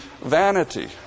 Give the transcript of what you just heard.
vanity